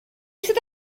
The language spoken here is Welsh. sydd